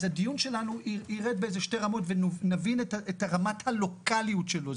הדיון שלנו ירד בשתי רמות ונבין את רמת הלוקליות שלו.